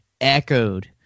echoed